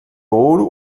ouro